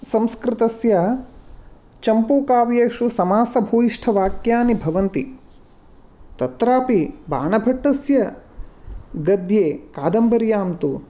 संस्कृतस्य चम्पूकाव्येषु समासभूयिष्ठवाक्यानि भवन्ति तत्रापि बाणभट्टस्य गद्ये कादम्बर्यां तु